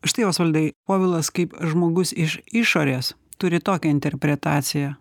štai osvaldai povilas kaip žmogus iš išorės turi tokią interpretaciją